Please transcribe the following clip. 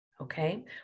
Okay